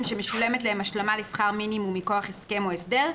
שמשולמת להם השלמה לשכר מינימום מכוח הסכם או הסדר,